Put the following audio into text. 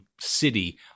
city